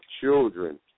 children